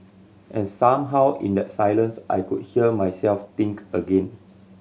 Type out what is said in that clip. and somehow in that silence I could hear myself think again